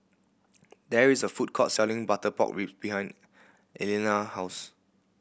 there is a food court selling butter pork rib behind Elianna house